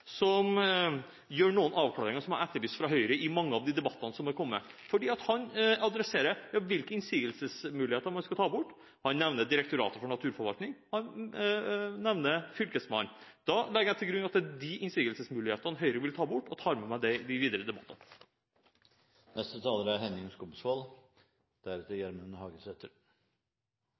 som gjør noen avklaringer, som jeg har etterlyst fra Høyre i mange av de debattene som har vært. Han adresserer hvilke innsigelsesmuligheter man skal ta bort. Han nevner Direktoratet for naturforvaltning, og han nevner Fylkesmannen. Da legger jeg til grunn at det er de innsigelsesmulighetene Høyre vil ta bort, og tar med meg det i de videre